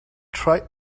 try